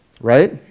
right